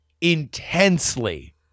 intensely